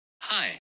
Hi